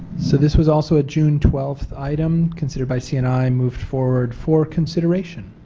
so this was also a june twelve item considered by c and i moved forward for consideration.